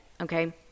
okay